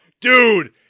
Dude